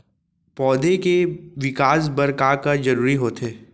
पौधे के विकास बर का का जरूरी होथे?